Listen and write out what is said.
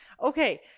Okay